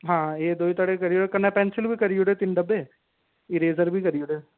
हां एह् दोए करी ओड़ो कन्नै पैंसल बी करी ओड़ो तिन्न डब्बे इरेजर बी करी ओड़ेओ